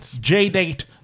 J-Date